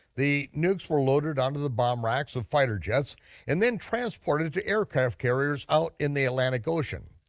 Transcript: the nukes were loaded onto the bomb racks of fighter jets and then transported to aircraft carriers out in the atlantic ocean.